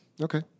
Okay